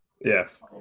Yes